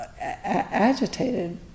agitated